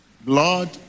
blood